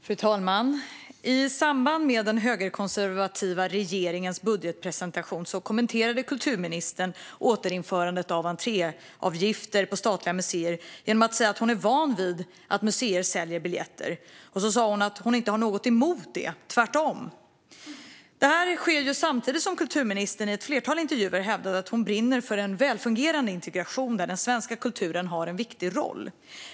Fru talman! I samband med den högerkonservativa regeringens budgetpresentation kommenterade kulturministern återinförandet av entréavgifter på statliga museer genom att säga att hon är van vid att museer säljer biljetter. Hon sa också att hon inte har något emot detta - tvärtom. Samtidigt har kulturministern i ett flertal intervjuer hävdat att hon brinner för en välfungerande integration, där den svenska kulturen har en viktig roll.